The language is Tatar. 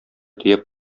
төяп